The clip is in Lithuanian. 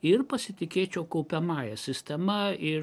ir pasitikėčiau kaupiamąja sistema ir